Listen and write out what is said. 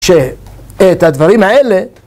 ‫שאת הדברים האלה...